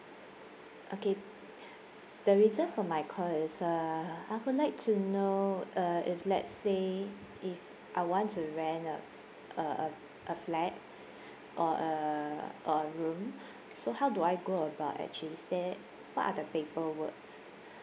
okay the reason for my call is uh I would like to know uh if let's say if I want to rent a a a a flat or a or a room so how do I go about actually is there what are the paper works